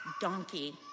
donkey